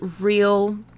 real